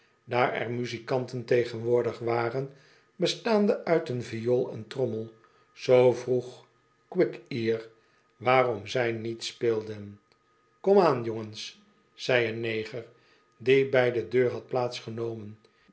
daar er muzikanten tegenwoordig waren bestaande uit een viool en trommel zoo vroeg quickear waarom zij niet speelden ah la'ads kom aan jongens zei een neger die bij do deur had